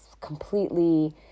completely